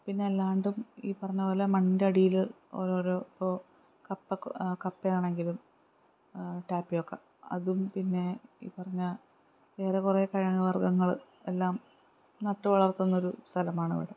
പിന്നെ അല്ലാണ്ടും ഈ പറഞ്ഞതുപോലെ മണ്ണിൻ്റെ അടിയിൽ ഓരോരോ ഇപ്പോൾ കപ്പ കപ്പയാണെങ്കിലും ടാപ്പിയോക്ക അതും പിന്നെ ഈ പറഞ്ഞ വേറെ കുറേ കിഴങ്ങുവർഗ്ഗങ്ങൾ എല്ലാം നട്ടു വളർത്തുന്നൊരു സ്ഥലമാണ് ഇവിടെ